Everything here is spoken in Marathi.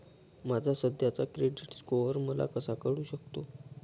माझा सध्याचा क्रेडिट स्कोअर मला कसा कळू शकतो?